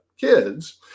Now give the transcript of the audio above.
kids